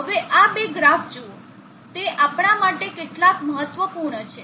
હવે આ બે ગ્રાફ જુઓ તે આપણા માટે કેટલાક મહત્વપૂર્ણ છે